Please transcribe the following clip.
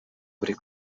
buri